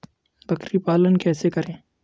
बकरी पालन कैसे करें?